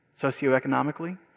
socioeconomically